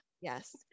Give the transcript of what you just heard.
yes